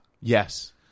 yes